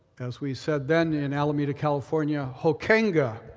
as we said then in alameda, california, hoekenga